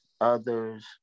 others